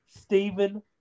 Stephen